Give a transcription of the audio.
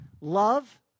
Love